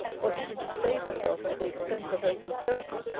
or even to save herself at the expense of her sincerity,